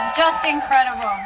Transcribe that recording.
just incredible.